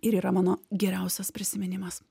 ir yra mano geriausias prisiminimas